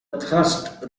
thrust